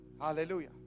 Hallelujah